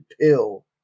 pill